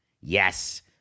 yes